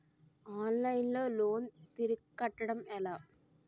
Online లో loan తిరిగి కట్టడం ఎలా?